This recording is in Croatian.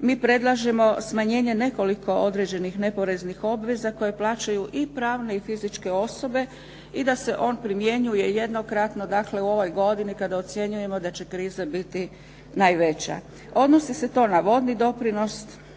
mi predlažemo smanjenje nekoliko određenih neporeznih obveza koje plaćaju i pravne i fizičke osobe i da se on primjenjuje jednokratno dakle u ovoj godini kada ocjenjujemo da će kriza biti najveća. Odnosi se to na vodni doprinos,